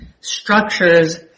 structures